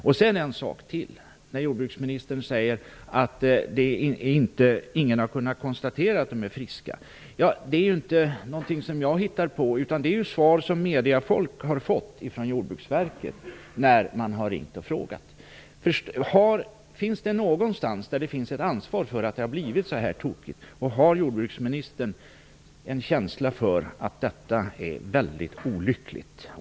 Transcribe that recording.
Och sedan en sak till: Jordbruksministern sade att ingen har kunnat konstatera att hästarna var friska. Det är inte någonting som jag har hittat på utan det är ju svar mediefolk har fått från Jordbruksverket när man har ringt och frågat. Finns det någonstans ett ansvar för att det har blivit så här tokigt? Har jordbruksministern en känsla för att detta är väldigt olyckligt?